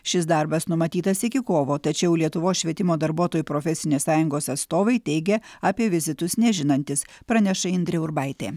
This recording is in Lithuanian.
šis darbas numatytas iki kovo tačiau lietuvos švietimo darbuotojų profesinės sąjungos atstovai teigia apie vizitus nežinantys praneša indrė urbaitė